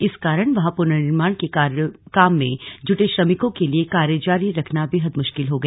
इस कारण वहां पुनर्निर्माण के काम में जुटे श्रमिकों के लिए कार्य जारी रखना बेहद मुश्किल हो गया